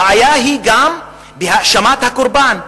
הבעיה היא גם בהאשמת הקורבן,